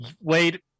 Wait